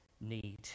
need